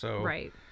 Right